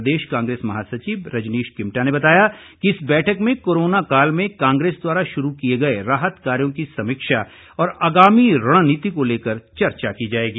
प्रदेश कांग्रेस महासचिव रजनीश किमटा ने बताया कि इस बैठक में कोरोना काल में कांग्रेस द्वारा शुरू किए गए राहत कार्यों की समीक्षा और आगामी रणनीति को लेकर चर्चा की जाएगी